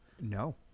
No